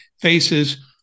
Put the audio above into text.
faces